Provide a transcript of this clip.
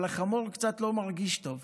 אבל החמור קצת לא מרגיש טוב.